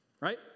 right